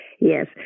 Yes